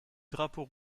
drapeau